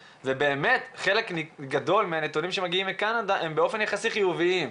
וחלק גדול מהנתונים שמגיעים מקנדה הם באופן יחסי חיוביים.